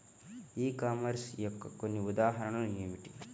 ఈ కామర్స్ యొక్క కొన్ని ఉదాహరణలు ఏమిటి?